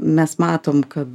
mes matom kad